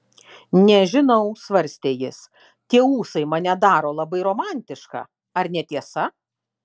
nežinau svarstė jis tie ūsai mane daro labai romantišką ar ne tiesa